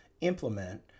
implement